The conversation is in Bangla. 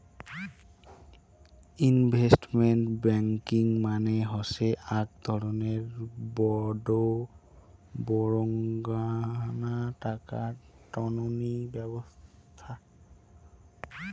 ইনভেস্টমেন্ট ব্যাংকিং মানে হসে আক ধরণের বডঙ্না টাকা টননি ব্যবছস্থা